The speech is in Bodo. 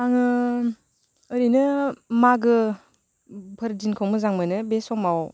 आङो ओरैनो मागोफोर दिनखौ मोजां मोनो बे समाव